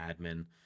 admin